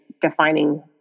defining